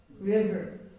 river